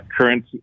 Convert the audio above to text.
Current